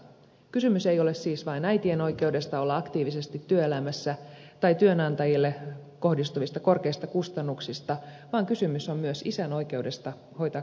kysymys ei ole siis vain äitien oikeudesta olla aktiivisesti työelämässä tai työnantajille kohdistuvista korkeista kustannuksista vaan kysymys on myös isän oikeudesta hoitaa kotiaan ja lapsiaan